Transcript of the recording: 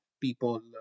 people